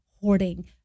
hoarding